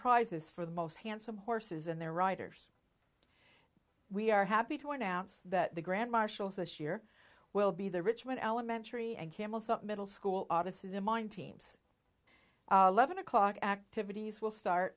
prizes for the most handsome horses and their riders we are happy to announce that the grand marshals this year will be the richmond elementary and camels that middle school odyssey the mind teams levon o'clock activities will start